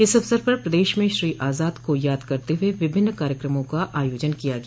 इस अवसर पर प्रदेश में श्री आजाद को याद करते हुए विभिन्न कार्यक्रमों का आयोजन किया गया